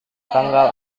tanggal